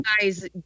guy's